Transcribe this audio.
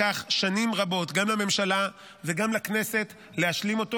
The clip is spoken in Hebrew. לקח שנים רבות גם לממשלה וגם לכנסת להשלים אותו.